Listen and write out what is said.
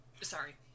sorry